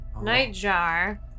nightjar